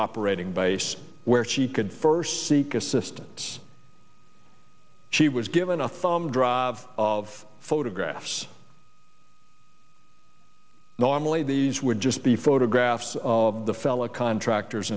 operating base where she could first seek assistance she was given a thumb drive of photographs normally these were just the photographs of the fellow contractors